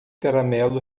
caramelo